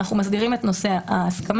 אנחנו מסדירים את נושא ההסכמה.